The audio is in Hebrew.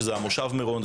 שזה מושב מירון,